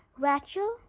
Rachel